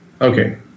Okay